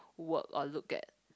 work or look at